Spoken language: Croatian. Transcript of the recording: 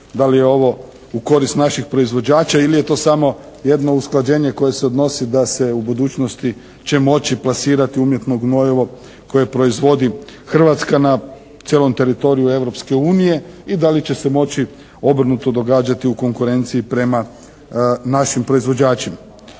Da li je ovo u korist naših proizvođača ili je to samo jedno usklađenje koje se odnosi da se u budućnosti će se moći plasirati umjetno gnojivo koje proizvodi Hrvatska na cijelom teritoriju Europske unije? I da li će se moći obrnuto događati u konkurenciji prema našim proizvođačima?